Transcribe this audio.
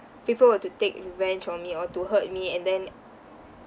people were to take revenge on me or to hurt me and then